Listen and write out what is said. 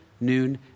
noon